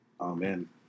Amen